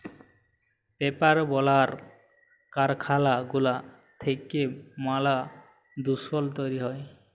paper বালালর কারখালা গুলা থ্যাইকে ম্যালা দুষল তৈরি হ্যয়